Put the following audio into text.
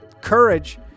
courage